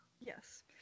Yes